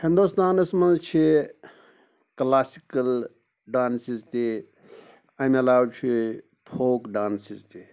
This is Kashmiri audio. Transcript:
ہِندوستانَس منٛز چھِ کٕلاسِکَل ڈانسِز تہِ اَمہِ علاوٕ چھُے فوک ڈانسِز تہِ